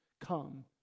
come